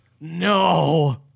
No